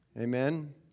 Amen